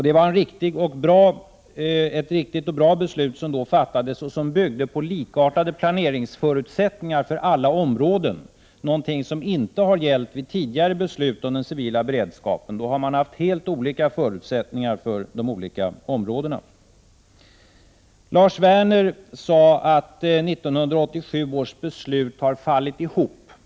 Det var ett riktigt och bra beslut som då fattades, och det byggde på likartade planeringsförutsättningar för alla områden, någonting som inte har gällt vid tidigare beslut om den civila beredskapen. Tidigare har man hart helt olika förutsättningar för de olika områdena. Lars Werner sade att 1987 års beslut har fallit ihop.